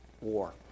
war